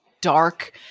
dark